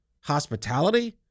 hospitality